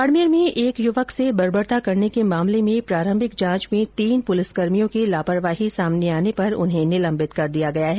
बाड़मेर में एक युवक से बर्बरता करने के मामले में प्रारम्भिक जांच में तीन प्रलिसकर्मियों की लापरवाही सामने आने पर उन्हें निलम्बित कर दिया है